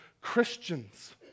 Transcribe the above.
Christians